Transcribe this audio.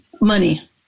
Money